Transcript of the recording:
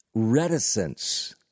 Reticence